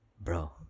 Bro